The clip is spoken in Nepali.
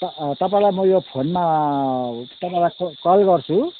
अँ तपाईँलाई म यो फोनमा तपाईँलाई कल गर्छु